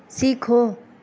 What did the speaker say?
سیکھو